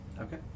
Okay